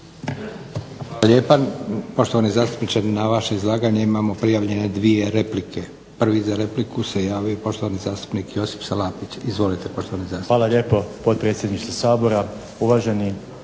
Hvala lijepa. Poštovani zastupniče na vaše izlaganje imamo prijavljene dvije replike. Prvi za repliku se javio poštovani zastupnik Josip Salapić. Izvolite poštovani zastupniče. **Salapić, Josip (HDZ)** Hvala lijepo potpredsjedniče Sabora. Uvaženi